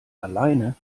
alleine